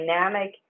dynamic